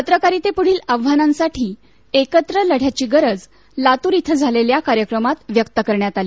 पत्रकारितेपुढील आव्हानांसाठी एकत्र लढ़याची गरज लातूर इथं झालेल्या कार्यक्रमात व्यक्त करण्यात आली